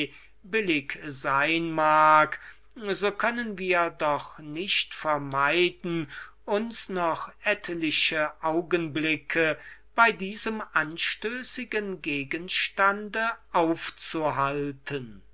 billig sein mag so können wir doch nicht vorbeigehen uns noch etliche augenblicke bei diesem anstößigen gegenstande aufzuhalten